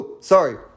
Sorry